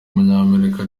w’umunyamerika